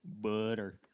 Butter